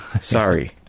Sorry